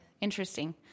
interesting